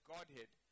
Godhead